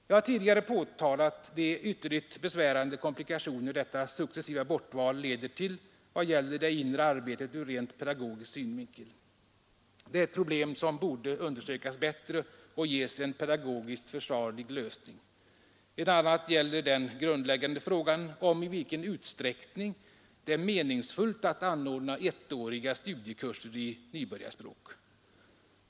Jag har tidigare påtalat de ytterligt besvärande komplikationer detta successiva bortval leder till i vad gäller det inre arbetet ur rent pedagogisk synvinkel. Det är ett problem som borde undersökas bättre och ges en pedagogiskt försvarlig lösning. Ett annat gäller den grundläggande frågan om i vilken utsträckning det är meningsfullt att anordna ettåriga studiekurser i nybörjarspråk.